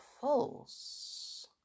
false